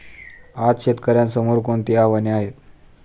आज शेतकऱ्यांसमोर कोणती आव्हाने आहेत?